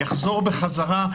יחזור בחזרה.